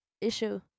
issue